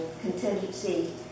contingency